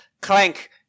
Clank